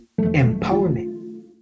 empowerment